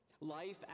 Life